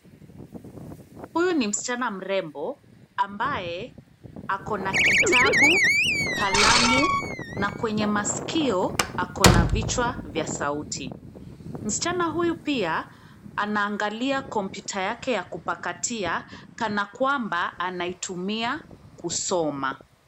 Huyu ni msichana mrembo ambaye ako na kitabu, kalamu na kwenye masikio ako na vichwa vya sauti. Msichana huyu pia anangalia kompyuta yake ya kupakatia kana kwamba anaitumia kusoma.